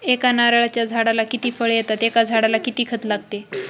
एका नारळाच्या झाडाला किती फळ येतात? एका झाडाला किती खत लागते?